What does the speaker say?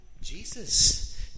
Jesus